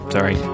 Sorry